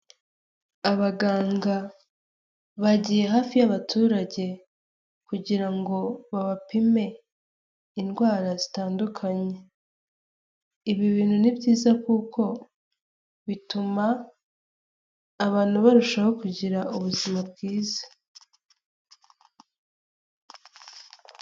Abaganga bagiye hafi y'abaturage, kugira ngo babapime indwara zitandukanye. Ibi bintu ni byiza kuko bituma abantu barushaho kugira ubuzima bwiza.